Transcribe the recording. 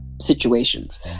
situations